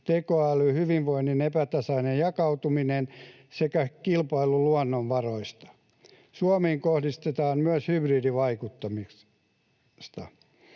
tekoäly, hyvinvoinnin epätasainen jakautuminen sekä kilpailu luonnonvaroista. Suomeen kohdistetaan myös hybridivaikuttamista.